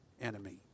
enemy